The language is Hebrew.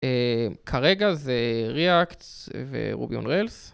כרגע זה React וRuby on Rails.